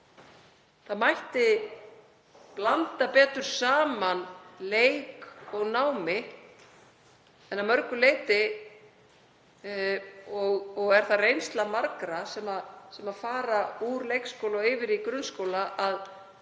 Það mætti blanda betur saman leik og námi og er það reynsla margra sem fara úr leikskóla yfir í grunnskóla að